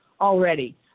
already